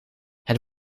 het